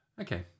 Okay